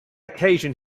occasion